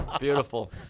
Beautiful